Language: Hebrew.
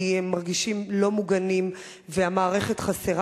כי הם מרגישים לא מוגנים, והמערכת חסרה.